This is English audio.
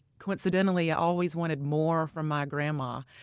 coincidentally, i always wanted more from my grandma.